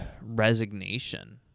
resignation